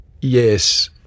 Yes